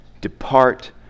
Depart